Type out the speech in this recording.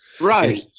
right